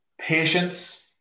Patience